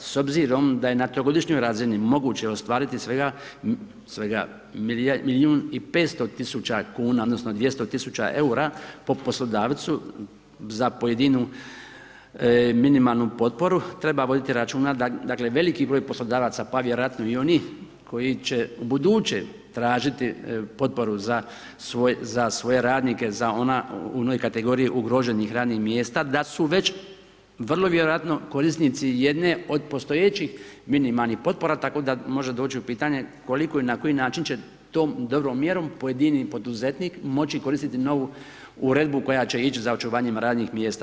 S obzirom da je na trogodišnjoj razini moguće ostvariti svega milijun i 500 tisuća kn, odnosno, 200 tisuća eura, po poslodavcu za pojedinu minimalnu potporu treba voditi računa dakle, veliki broj poslodavaca, pa vjerojatno i onih koji će ubuduće tražiti potporu za svoje radnike, za one kategorije ugroženih radnih mjesta, da su već vrlo vjerojatno korisnici jedne od postojećih minimalnih- potpora, tako da može doći u pitanje, koliko i na koji način će to dobrom mjerom pojedini poduzetnik moći koristiti novu uredbu koja će ići za očuvanje radnih mjesta.